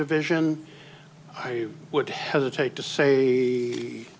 division i would hesitate to say